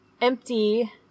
empty